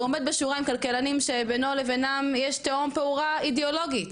שהוא עומד בשורה עם כלכלנים שבינו לבינם יש תהום פעורה אידיאולוגית,